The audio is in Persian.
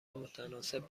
متناسب